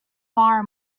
far